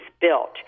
built